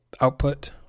output